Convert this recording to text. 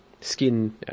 skin